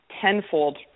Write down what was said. tenfold